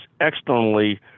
externally